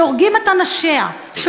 שהורגים את אנשיה, תודה.